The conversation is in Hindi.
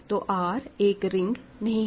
तो R एक रिंग नहीं है